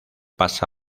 pasa